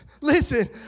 Listen